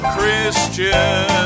Christian